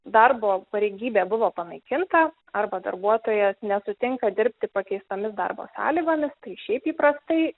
darbo pareigybė buvo panaikinta arba darbuotojas nesutinka dirbti pakeistomis darbo sąlygomis tai šiaip įprastai